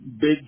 big